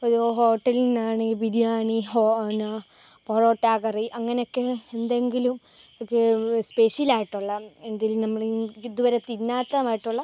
ഹോട്ടലിൽ നിന്നാണെ ബിരിയാണി പൊറോട്ട കറി അങ്ങനെയൊക്കെ എന്തെങ്കിലും സ്പെഷ്യലായിട്ടുള്ള എന്തിൽ നമ്മൾ ഇത് വരെ തിന്നാത്തതായിട്ടുള്ള